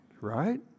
right